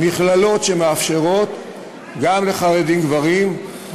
מכללות שמאפשרות גם לחרדים גברים,